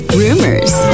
rumors